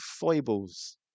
foibles